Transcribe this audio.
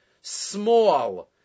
small